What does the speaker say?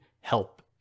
help